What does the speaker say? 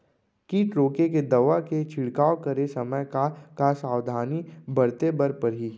किट रोके के दवा के छिड़काव करे समय, का का सावधानी बरते बर परही?